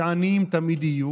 שעניים תמיד יהיו,